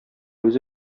үзе